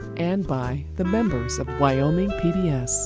and by the members of wyoming pbs.